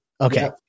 Okay